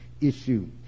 issue